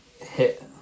hit